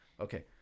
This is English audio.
Okay